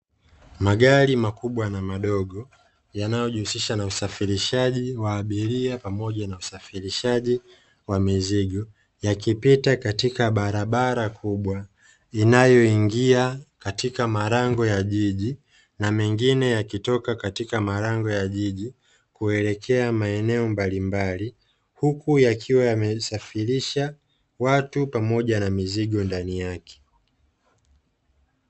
Magari makubwa na madogo, yanayojihusisha na usafirishaji wa abiria pamoja na usafirishaji wa mizigo, yakipita katika barabara kubwa, inayoingia katika malango ya jiji na mengine yakitoka katika malango ya jiji, kuelekea maeneo mbalimbali, huku yakiwa yamesafirisha watu pamoja na mizigo ndani yake.